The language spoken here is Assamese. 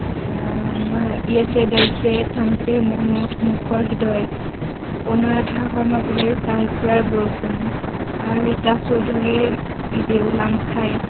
তাপা য়েছে দৰজে ঠংচিৰ মৌন ওঁঠ মুখৰ হৃদয় অনুৰাধা শৰ্মা পূজাৰীৰ চাহেবপুৰাৰ বৰষুণ আৰু ৰীতা চৌধুৰীৰ দেউলাংখাই